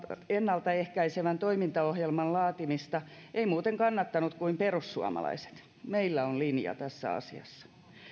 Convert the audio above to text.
ennalta ehkäisevän toimintaohjelman laatimista eivät muuten kannattaneet kuin perussuomalaiset meillä on linja tässä asiassa